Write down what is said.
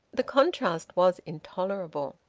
the contrast was intolerable!